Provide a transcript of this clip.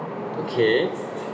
okay